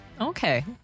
Okay